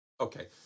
Okay